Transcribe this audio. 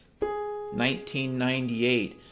1998